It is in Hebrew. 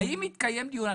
האם התקיים דיון?